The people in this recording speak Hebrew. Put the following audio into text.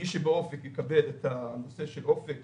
מי שבאופק יקבל את הנושא של אופק,